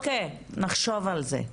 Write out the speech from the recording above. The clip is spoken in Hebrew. אוקיי, נחשוב על זה,